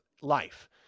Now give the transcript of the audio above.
life